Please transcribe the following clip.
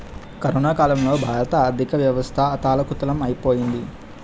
corona కాలంలో భారత ఆర్థికవ్యవస్థ అథాలకుతలం ఐపోయింది